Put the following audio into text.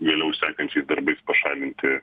vėliau sekančiais darbais pašalinti